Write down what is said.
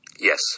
Yes